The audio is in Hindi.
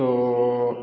तो